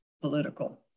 political